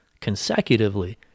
consecutively